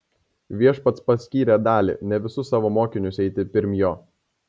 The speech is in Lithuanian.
viešpats paskyrė dalį ne visus savo mokinius eiti pirm jo